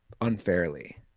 unfairly